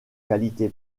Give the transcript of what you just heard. qualité